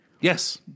Yes